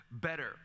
better